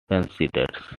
considered